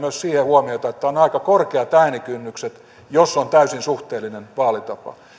huomiota että on aika korkeat äänikynnykset jos on täysin suhteellinen vaalitapa